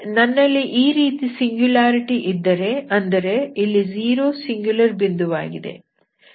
ನನ್ನಲ್ಲಿ ಈ ರೀತಿಯ ಸಿಂಗ್ಯುಲಾರಿಟಿ ಇದ್ದರೆ ಅಂದರೆ ಇಲ್ಲಿ 0 ಸಿಂಗುಲರ್ ಬಿಂದುವಾಗಿದೆ